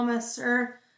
Sir